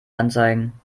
anzeigen